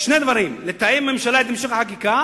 שני דברים: לתאם עם הממשלה את המשך החקיקה.